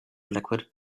liquid